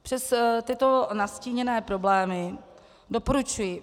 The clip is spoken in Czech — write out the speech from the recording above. Přes tyto nastíněné problémy doporučuji